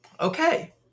Okay